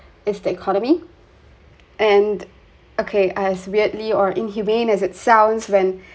it's the economy and okay ah as weirdly or inhumane as it sounds when